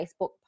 Facebook